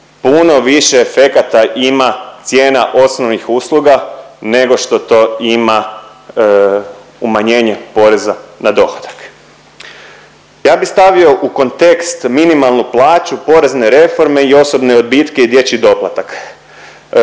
puno više efekata ima cijena osnovnih usluga, nego što to ima umanjenje poreza na dohodak. Ja bi stavio u kontekst minimalnu plaću, porezne reforme i osobne odbitke i dječji doplatak.